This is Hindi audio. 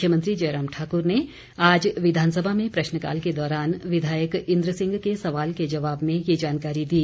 मुख्यमंत्री जयराम ठाक्र ने आज विधानसभा में प्रश्नकाल के दौरान विधायक इंद्र सिंह के सवाल के जवाब में ये जानकारी दी